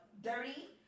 dirty